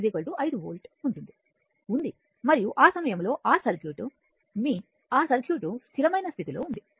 ఉంది మరియు ఆ సమయంలో ఆ సర్క్యూట్ మీ ఆ సర్క్యూట్ స్థిరమైన స్థితిలో ఉంది